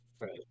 Right